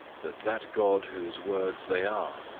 that that god whose words they are,